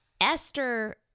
Esther